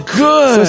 good